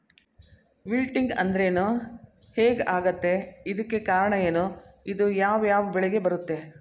Wilting ಅಂದ್ರೇನು? ಹೆಗ್ ಆಗತ್ತೆ? ಇದಕ್ಕೆ ಕಾರಣ ಏನು? ಇದು ಯಾವ್ ಯಾವ್ ಬೆಳೆಗೆ ಬರುತ್ತೆ?